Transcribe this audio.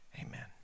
amen